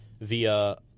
via